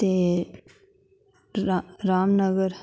ते रामनगर